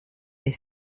est